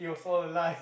for like